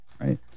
right